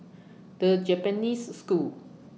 The Japanese School